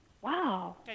Wow